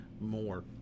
more